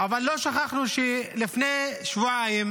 אבל לא שכחנו שלפני שבועיים